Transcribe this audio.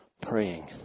praying